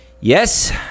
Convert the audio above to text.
Yes